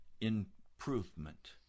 improvement